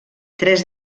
tres